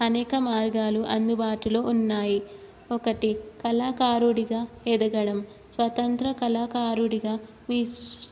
అనేక మార్గాలు అందుబాటులో ఉన్నాయి ఒకటి కళాకారుడిగా ఎదగడం స్వతంత్ర కళాకారుడిగా మీ